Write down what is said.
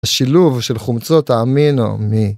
‫השילוב של חומצות האמינו מ...